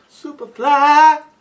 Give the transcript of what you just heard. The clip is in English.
Superfly